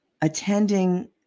attending